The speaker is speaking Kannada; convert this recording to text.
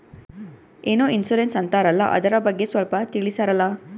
ಏನೋ ಇನ್ಸೂರೆನ್ಸ್ ಅಂತಾರಲ್ಲ, ಅದರ ಬಗ್ಗೆ ಸ್ವಲ್ಪ ತಿಳಿಸರಲಾ?